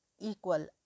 equal